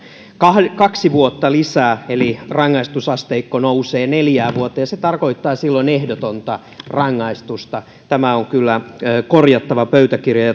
kaksi vuotta lisää eli rangaistusasteikko nousee neljään vuoteen ja se tarkoittaa silloin ehdotonta rangaistusta tämä on kyllä korjattava pöytäkirjaan